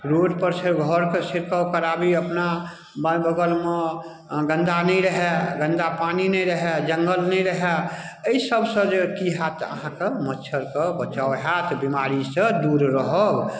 रोडपर से घरके छिड़काव कराबी अपना बार बगलमे गन्दा नहि रहै गन्दा पानि नहि रहै जङ्गल नहि रहै अइ सभसँ जे कि हैत अहाँके मच्छरके बचाव हैत बीमारीसँ दूर रहब